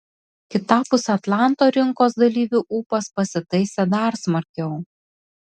kitapus atlanto rinkos dalyvių ūpas pasitaisė dar smarkiau